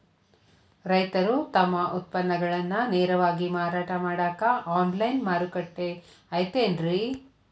ರೈತರು ತಮ್ಮ ಉತ್ಪನ್ನಗಳನ್ನ ನೇರವಾಗಿ ಮಾರಾಟ ಮಾಡಾಕ ಆನ್ಲೈನ್ ಮಾರುಕಟ್ಟೆ ಐತೇನ್ರಿ?